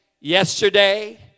yesterday